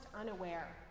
unaware